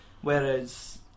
whereas